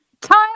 time